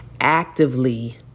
actively